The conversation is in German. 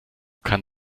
kann